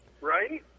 right